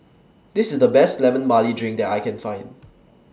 This IS The Best Lemon Barley Drink that I Can Find